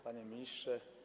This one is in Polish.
Panie Ministrze!